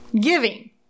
Giving